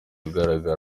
uhagarara